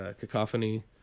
Cacophony